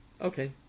okay